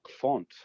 font